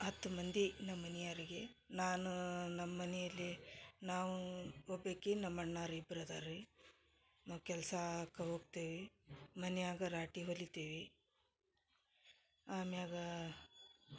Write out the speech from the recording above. ಹತ್ತು ಮಂದಿ ನಮ್ಮ ಮನಿಯರ್ಗಿ ನಾನು ನಮ್ಮ ಮನೆಯಲ್ಲಿ ನಾವು ಒಬ್ಯಾಕಿನ ನಮ್ಮಣ್ಣಾರ ಇಬ್ರ ಅದಾರ ರೀ ನಾವು ಕೆಲ್ಸಾಕ ಹೋಗ್ತೇವಿ ಮನೆಯಾಗ ರಾಟಿ ಹೊಲಿತೇವಿ ಆಮ್ಯಾಗ